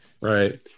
Right